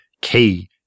key